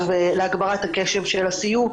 להגברת הקשב של הסיור,